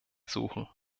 suchen